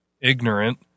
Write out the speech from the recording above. ignorant